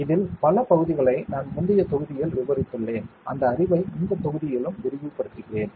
இதில் பல பகுதிகளை நான் முந்தைய தொகுதியில் விவரித்துள்ளேன் அந்த அறிவை இந்த தொகுதியிலும் விரிவுபடுத்துகிறேன்